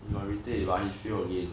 he got retake but he fail again